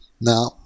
Now